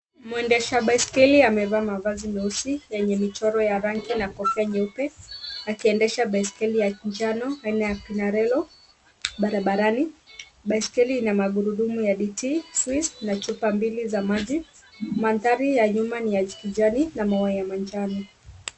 Mwendesha baiskeli amevaa mavazi meusi yenye michoro ya rangi na kofia nyeupe akiendesha baiskeli ya njano aina ya pinarello baranarani, baiskeli ina magurudumu ya dt-swizz na chupa mbili za maji, madhari ya nyuma ni ya kijani na maua ya manjano.